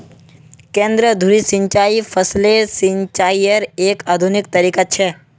केंद्र धुरी सिंचाई फसलेर सिंचाईयेर एक आधुनिक तरीका छ